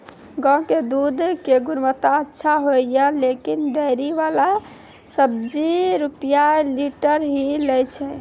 गांव के दूध के गुणवत्ता अच्छा होय या लेकिन डेयरी वाला छब्बीस रुपिया लीटर ही लेय छै?